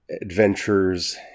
adventures